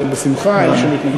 בשמחה ואין שום התנגדות.